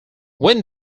when